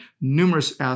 numerous